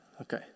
Okay